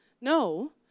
No